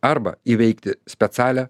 arba įveikti specialią